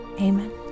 Amen